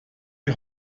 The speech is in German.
die